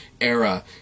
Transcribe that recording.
era